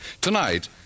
Tonight